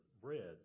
bread